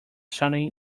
sunday